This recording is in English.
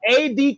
ad